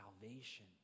salvation